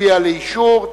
נצביע לאישור,